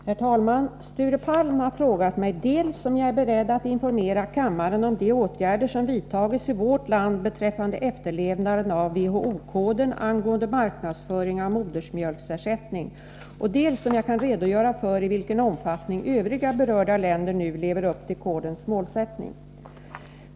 Herr talman! Sture Palm har frågat mig dels om jag är beredd att informera kammaren om de åtgärder som vidtagits i vårt land beträffande efterlevnaden av WHO-koden angående marknadsföring av modersmjölksersättning, dels om jag kan redogöra för i vilken omfattning övriga berörda länder nu lever upp till kodens målsättning.